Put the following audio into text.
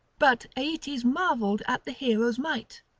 but aeetes marvelled at the hero's might.